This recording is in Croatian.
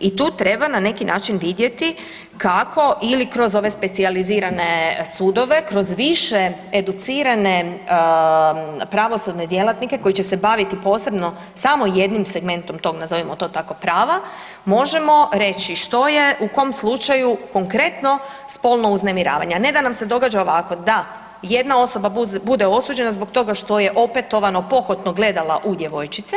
i tu treba na neki način vidjeti kako ili kroz ove specijalizirane sudove, kroz više educirane pravosudne djelatnike koji će se baviti posebno samo jednim segmentom tom, nazovimo to tako prava, možemo reći što je u kom slučaju konkretno spolno uznemiravanje, a ne da nam se događa ovako da jedna osoba bude osuđena zbog toga što je opetovano pohotno gledala u djevojčice.